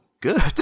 good